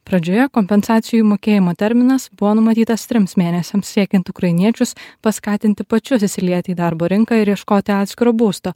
pradžioje kompensacijų mokėjimo terminas buvo numatytas trims mėnesiams siekiant ukrainiečius paskatinti pačius įsilieti į darbo rinką ir ieškoti atskiro būsto